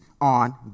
on